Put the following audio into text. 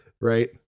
Right